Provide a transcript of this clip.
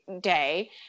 day